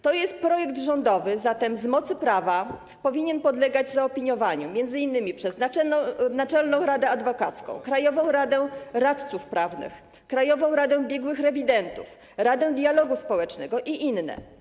To jest projekt rządowy, zatem z mocy prawa powinien podlegać zaopiniowaniu, m.in. przez Naczelną Radę Adwokacką, Krajową Radę Radców Prawnych, Krajową Radę Biegłych Rewidentów, Radę Dialogu Społecznego i inne.